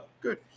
Good